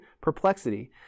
perplexity